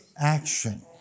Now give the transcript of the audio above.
action